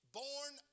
born